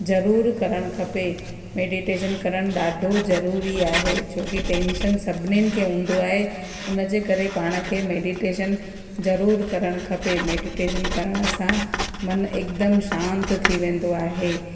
ज़रूरु करणु खपे मेडीटेशन करणु ॾाढो ज़रूरी आहे छो की टेंशन सभिनीनि खे हूंदो आहे उन जे करे पाण खे मेडीटेशन ज़रूरु करणु खपे मेडीटेशन करण सां मनु एकदमि शांत थी वेंदो आहे